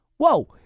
Whoa